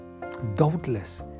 Doubtless